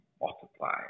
multiply